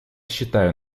считаю